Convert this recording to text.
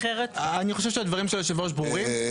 אני חושב שהדברים של היושב ראש ברורים,